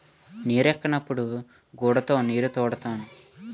నీరెక్కనప్పుడు గూడతో నీరుతోడుతాము